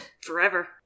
Forever